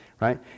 Right